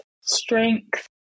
strength